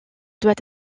doit